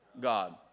God